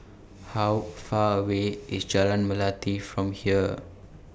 How Far away IS Jalan Melati from here